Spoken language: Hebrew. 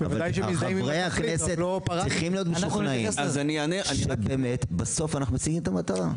אבל חברי הכנסת צריכים להיות משוכנעים שבאמת אנחנו משיגים את המטרה.